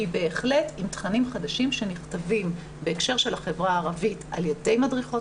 והיא בהחלט עם תכנים חדשים שנכתבים בהקשר של החברה הערבית על ידי מדריכות